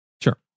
Sure